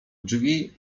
drzwi